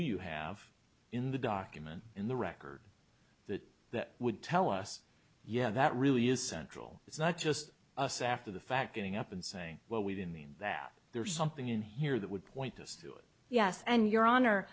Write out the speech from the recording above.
you have in the document in the record that that would tell us yeah that really is central it's not just us after the fact going up and saying well we didn't mean that there's something in here that would point us to it yes and your honor